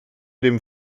dem